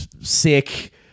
Sick